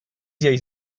lleis